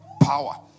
power